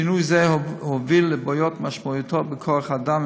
שינוי זה הוביל לבעיות משמעותיות בכוח-האדם,